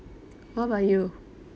what about you